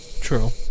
true